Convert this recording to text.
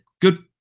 good